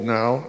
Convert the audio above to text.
now